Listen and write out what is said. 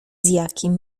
jakim